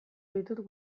ditut